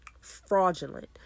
fraudulent